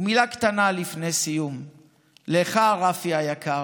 ומילה קטנה לפני סיום לך, רפי היקר.